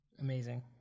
amazing